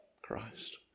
Christ